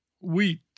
Wheat